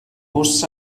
bws